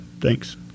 Thanks